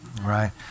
right